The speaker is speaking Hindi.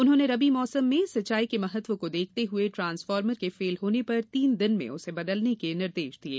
उन्होंने रबी मौसम में सिंचाई के महत्व को देखते हुए ट्रांसफार्मर के फेल होने पर तीन दिन में उसे बदलने के निर्देष दिये